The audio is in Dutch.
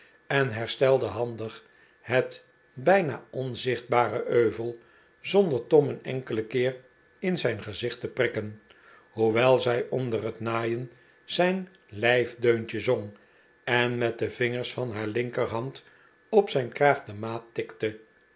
en herstelde handig het bijna onzichtbare euvel zonder tom een enkelen keer in zijn gezicht te prikken hoewel zij onder het naaien zijn lijfdeuntje zong en met de vingers van haar linkerhand op zijn kraag de maat tikte